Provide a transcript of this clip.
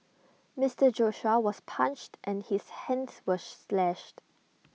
Mister Joshua was punched and his hands were slashed